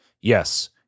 Yes